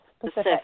Pacific